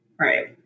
Right